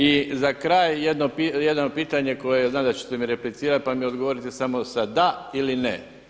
I za kraj jedno pitanje, znam da ćete mi replicirati pa mi odgovorite samo as da ili ne.